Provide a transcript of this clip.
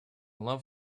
love